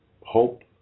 hope